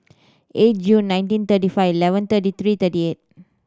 eight June nineteen thirty five eleven thirty three thirty eight